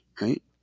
right